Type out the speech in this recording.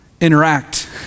interact